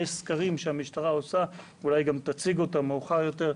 יש סקרים שהמשטרה עושה ואולי יציגו את זה מאוחר יותר,